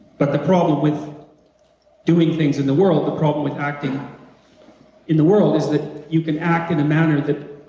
but the problem with doing things in the world, the problem with acting ah in the world is that you can act in the manner that